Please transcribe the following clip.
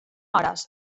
hores